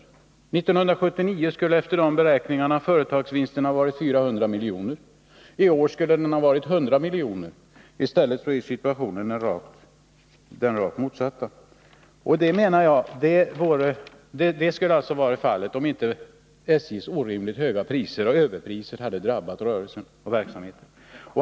År 1979 skulle enligt dessa beräkningar företagsvinsten ha varit 400 milj.kr., och i år skulle den ha varit 100 milj.kr. — om inte SJ:s orimligt höga priser och överpriser hade drabbat verksamheten. Nu är situationen i motsatta, dvs. företaget går med förlust.